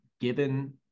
given